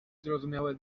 zrozumiałe